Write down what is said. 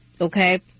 okay